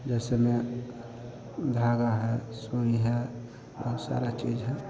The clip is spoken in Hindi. जैसे में धागा है सुईं है बहुत सारी चीज़ है